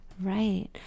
Right